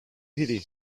pity